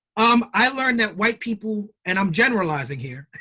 um i learned that white people and i'm generalizing here,